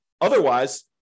Otherwise